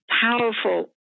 powerful